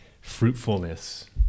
fruitfulness